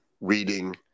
reading